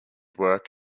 work